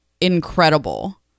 incredible